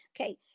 Okay